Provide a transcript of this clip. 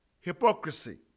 hypocrisy